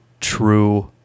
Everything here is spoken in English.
true